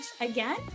again